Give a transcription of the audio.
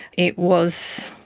it was,